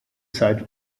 site